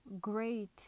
great